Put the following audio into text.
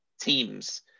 Teams